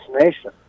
nation